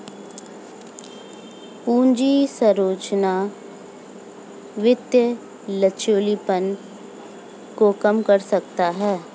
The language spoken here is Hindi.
पूंजी संरचना वित्तीय लचीलेपन को कम कर सकता है